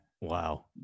wow